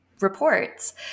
reports